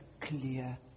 clear